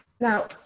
Now